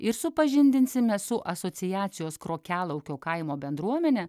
ir supažindinsime su asociacijos krokialaukio kaimo bendruomenė